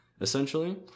essentially